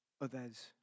others